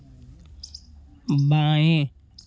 बाएँ